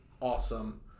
awesome